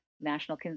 National